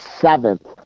seventh